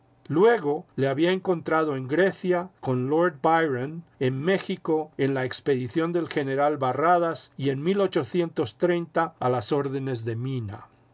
luego le había encontrado en grecia con lord byron en méjico en la expedición del general barradas y en a las órdenes de mina